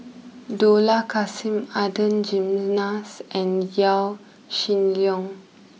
Dollah Kassim Adan Jimenez and Yaw Shin Leong